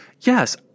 Yes